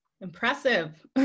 impressive